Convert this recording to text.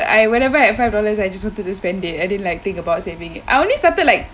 I whenever I five dollars I just wanted to spend it I didn't like think about saving it I only started like